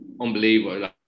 unbelievable